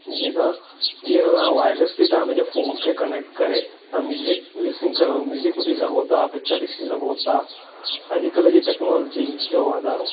जीअं तव्हां जीअं त तव्हां वायरलेस ते तव्हां पंहिंजे फोन खे कनेक्ट करे तव्हां म्यूज़िक लिस्निग क म्यूज़िक ॿुधी सघो था पिक्चर ॾिसी सघो था अॼुकल्ह जी टेक्नालॉजी जो वाधारो